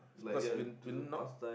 cause we we not